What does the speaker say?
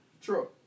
True